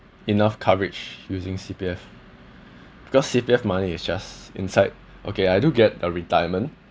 enough coverage using C_P_F because C_P_F money is just inside okay I do get the retirement